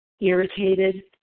irritated